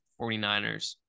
49ers